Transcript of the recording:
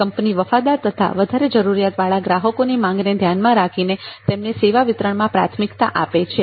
company વફાદાર અને વધારે જરૂરિયાતવાળા ગ્રાહકોની માંગને ધ્યાનમાં રાખીને તેમને સેવા વિતરણ માં પ્રાથમિકતા આપે છે